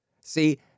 See